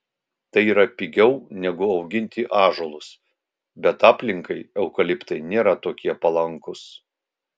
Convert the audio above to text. tai yra pigiau negu auginti ąžuolus bet aplinkai eukaliptai nėra tokie palankūs